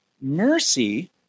mercy